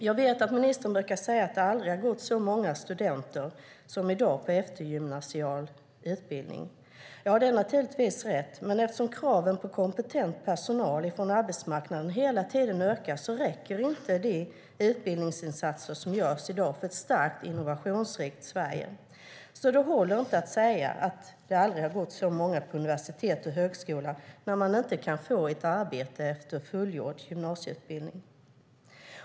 Jag vet att ministern brukar säga att det aldrig har gått så många studenter på eftergymnasial utbildning som i dag. Det är naturligtvis riktigt, men eftersom kraven på kompetent personal från arbetsmarknaden hela tiden ökar räcker inte de utbildningsinsatser som görs i dag för ett starkt och innovationsrikt Sverige. Det håller alltså inte att säga att det aldrig har gått så många på universitet och högskola när man inte kan få ett arbete efter fullgjord gymnasieutbildning.